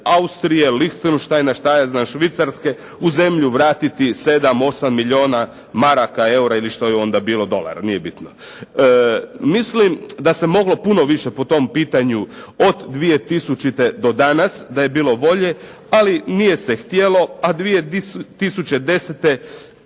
Austrije, LIchensteina, Švicarske u zemlju vratiti 7, 8 milijuna maraka, eura ili što je onda bilo. Mislim da se moglo puno više po tom pitanju od 2000. do danas da je bilo volje, ali nije se htjelo, a 2010.